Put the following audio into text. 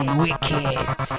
wicked